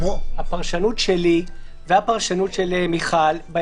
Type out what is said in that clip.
זה משהו שנוסף בדיוני הוועדה בהצעת הממשלתית ועכשיו